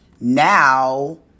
now